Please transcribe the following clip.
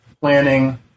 planning